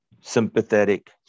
sympathetic